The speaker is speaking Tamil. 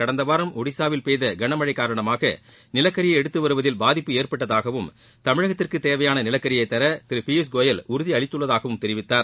கடந்த வாரம் ஒடிஸாவில் பெய்த கனமழை காரணமாக நிலக்கரியை எடுத்து வருவதில் பாதிப்பு ஏற்பட்டதாகவும் தமிழகத்திற்கு தேவையான நிலக்கரியை தர திரு பியூஷ் கோயல் உறுதி அளித்துள்ளதாகவும் தெரிவித்தார்